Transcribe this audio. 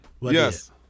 Yes